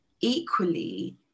equally